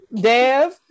Dev